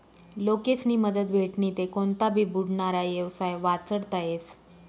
लोकेस्नी मदत भेटनी ते कोनता भी बुडनारा येवसाय वाचडता येस